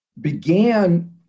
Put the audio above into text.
began